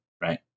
right